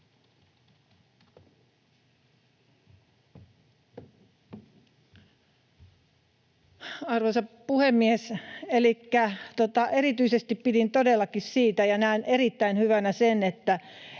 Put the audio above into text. Arvoisa puhemies! Elikkä erityisesti pidin todellakin siitä ja näen erittäin hyvänä sen, että